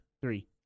Three